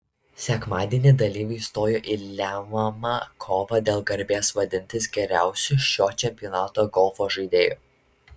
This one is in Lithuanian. sekmadienį dalyviai stojo į lemiamą kovą dėl garbės vadintis geriausiu šio čempionato golfo žaidėju